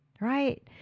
right